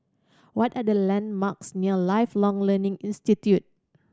what are the landmarks near Lifelong Learning Institute